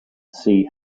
see